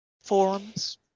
forums